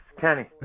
Kenny